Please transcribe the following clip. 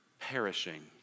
perishing